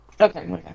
Okay